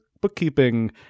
bookkeeping